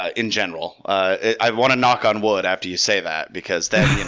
ah in general. i want to knock on wood after you say that, because, then,